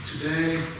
Today